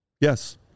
Yes